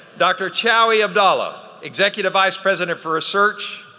dr. chaouki abdallah, executive vice president for research,